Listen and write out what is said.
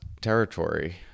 territory